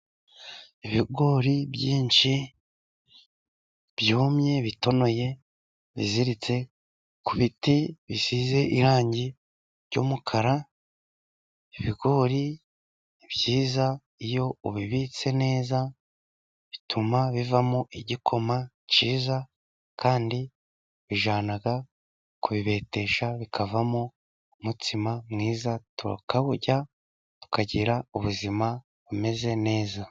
Ibigori byinshi byumye bitonoye, biziritse ku biti bisize irangi ry'umukara. Ibigori ni byiza iyo ubibitse neza bituma bivamo igikoma cyiza, kandi ubijyana kubibetesha bikavamo umutsima mwiza, tukawurya tukagira ubuzima bumeze neza.